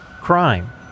crime